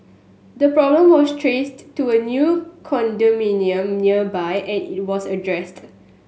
the problem was traced to a new condominium nearby and it was addressed